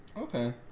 okay